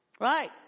Right